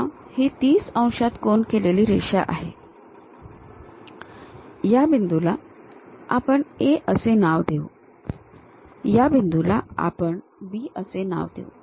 पुन्हा ही ३० अंशात कोन केलेली रेषा आहे या बिंदूला आपण A असे नाव देऊ आणि या बिंदूला आपण B असे नाव देऊ